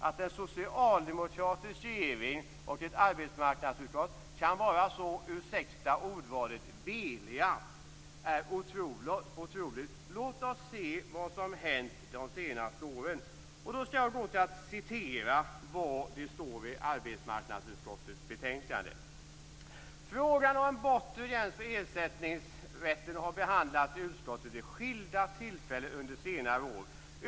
Att en socialdemokratisk regering och ett arbetsmarknadsutskott kan vara så - ursäkta ordvalet - veliga är otroligt. Låt oss se vad som har hänt de senaste åren. Jag skall citera vad det står i arbetsmarknadsutskottets betänkande. "Frågan om en bortre gräns för ersättningsrätten har behandlats i utskottet vid skilda tillfällen under senare år.